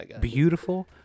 beautiful